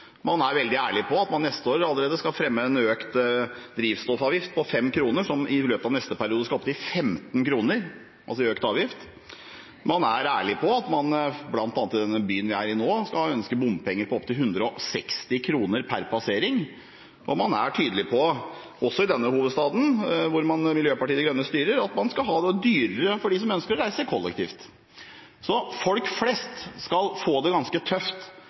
Man er veldig ærlig på at man allerede neste år skal fremme forslag om en økt drivstoffavgift på 5 kr, som i løpet av neste periode skal opp til 15 kr, altså i økt avgift. Man er ærlig på at man, bl.a. i den byen vi er i nå, ønsker bompenger på opptil 160 kr per passering. Og man er tydelig på, også i hovedstaden hvor Miljøpartiet De Grønne styrer, at det skal bli dyrere for dem som ønsker å reise kollektivt. Folk flest skal få det ganske tøft